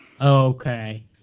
Okay